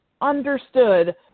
understood